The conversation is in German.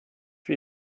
wie